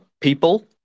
people